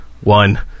one